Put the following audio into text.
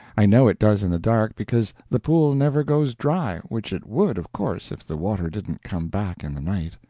i know it does in the dark, because the pool never goes dry, which it would, of course, if the water didn't come back in the night.